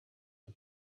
her